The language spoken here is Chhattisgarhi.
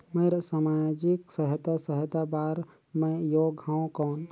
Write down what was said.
मैं समाजिक सहायता सहायता बार मैं योग हवं कौन?